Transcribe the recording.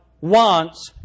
wants